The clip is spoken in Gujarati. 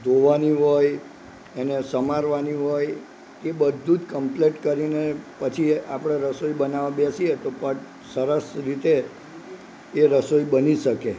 ધોવાની હોય એને સમારવાની હોય એ બધું જ કમ્પલેટ કરીને પછી આપણે રસોઈ બનાવવા બેસીએ તો પણ સરસ રીતે એ રસોઈ બની શકે